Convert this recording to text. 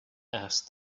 asked